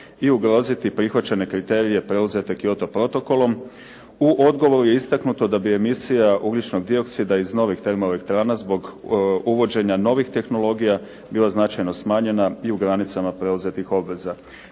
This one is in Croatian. i ugroziti prihvaćene kriterije preuzete Kyoto protokolom. U odgovoru je istaknuto da bi emisija ugljičnog dioksida iz novih termoelektrana zbog uvođenja novih tehnologija bila značajno smanjena i u granicama preuzetih obveza.